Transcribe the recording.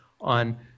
on